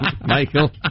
Michael